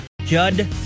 Judd